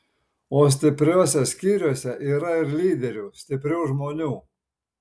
o stipriuose skyriuose yra ir lyderių stiprių žmonių